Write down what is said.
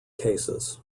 cases